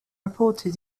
reported